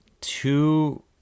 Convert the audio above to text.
two